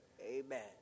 Amen